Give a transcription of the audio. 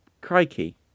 crikey